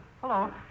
Hello